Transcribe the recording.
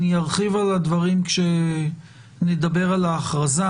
אני ארחיב על הדברים כשנדבר על ההכרזה,